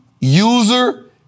user